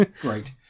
Great